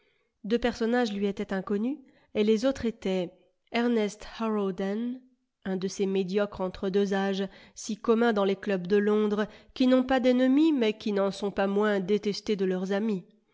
deux personnages lui étaient inconnus et les autres étaient ernest harrowden un de ces médiocres entre deux âges si communs dans les clubs de londres qui n'ont pas d'ennemis mais qui n'en sont pas moins détestés de leurs amis